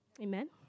Amen